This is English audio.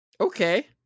Okay